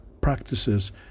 practices